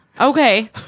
Okay